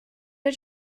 did